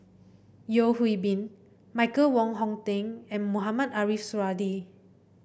Yeo Hwee Bin Michael Wong Hong Teng and Mohamed Ariff Suradi